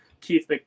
Keith